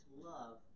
love